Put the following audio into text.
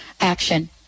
action